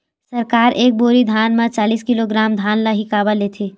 सरकार एक बोरी धान म चालीस किलोग्राम धान ल ही काबर लेथे?